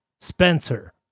Spencer